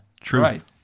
Truth